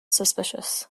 suspicious